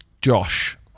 Josh